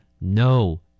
no